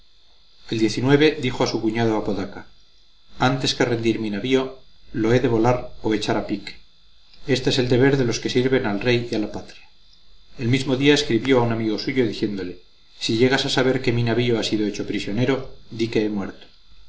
el dijo a su cuñado apodaca antes que rendir mi navío lo he de volar o echar a pique este es el deber de los que sirven al rey y a la patria el mismo día escribió a un amigo suyo diciéndole si llegas a saber que mi navío ha sido hecho prisionero di que he muerto